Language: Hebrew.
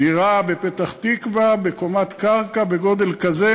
דירה בפתח-תקווה בקומת קרקע בגודל כזה,